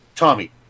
Tommy